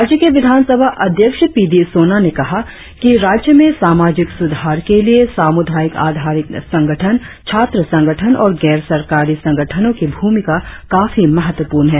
राज्य के विधानसभा अध्यक्ष पी डी सोना ने कहा कि राज्य में सामाजिक सुधार के लिए सामुदायिक आधारित संगठन छात्र संगठन और गैर सरकारी संगठनों की भूमिका काफी महत्वपूर्ण है